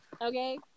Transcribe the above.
Okay